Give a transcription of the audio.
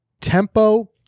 tempo